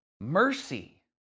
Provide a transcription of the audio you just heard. mercy